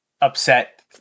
upset